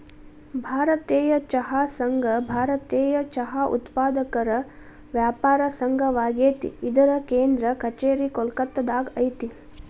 ಭಾರತೇಯ ಚಹಾ ಸಂಘ ಭಾರತೇಯ ಚಹಾ ಉತ್ಪಾದಕರ ವ್ಯಾಪಾರ ಸಂಘವಾಗೇತಿ ಇದರ ಕೇಂದ್ರ ಕಛೇರಿ ಕೋಲ್ಕತ್ತಾದಾಗ ಐತಿ